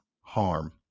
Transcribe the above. harm